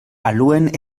aluen